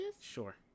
Sure